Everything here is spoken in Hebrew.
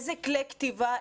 איזה כלי כתיבה,